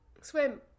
Swim